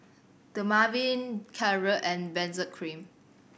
Dermaveen Caltrate and Benzac Cream